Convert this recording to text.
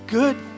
good